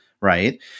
right